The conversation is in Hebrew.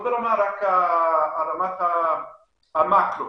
לא רק ברמת המקרו,